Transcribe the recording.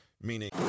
meaning